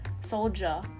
soldier